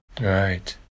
Right